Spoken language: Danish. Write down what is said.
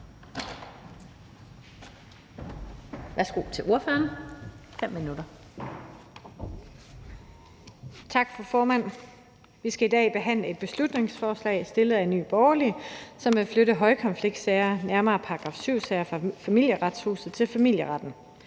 Camilla Fabricius (S): Tak, fru formand. Vi skal i dag behandle et beslutningsforslag fremsat af Nye Borgerlige, som vil flytte højkonfliktsager, nemlig § 7-sager, fra Familieretshuset til familieretten.